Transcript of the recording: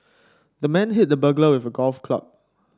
the man hit the burglar with a golf club